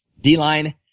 D-line